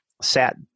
sat